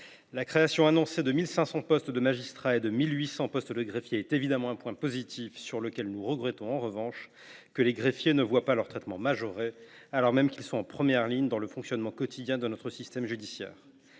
La création annoncée de 1 500 postes de magistrats et de 1 800 postes de greffiers est évidemment un point positif. Nous regrettons en revanche que les greffiers ne voient pas leur traitement majoré, alors même qu’ils sont en première ligne et assurent le fonctionnement quotidien de notre système judiciaire.